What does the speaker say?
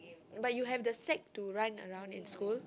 but you have the sack to run around in school